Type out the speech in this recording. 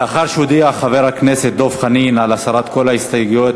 לאחר שהודיע חבר הכנסת דב חנין על הסרת כל ההסתייגויות,